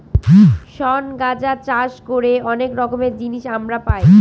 শন গাঁজা চাষ করে অনেক রকমের জিনিস আমরা পাই